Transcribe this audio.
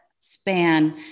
span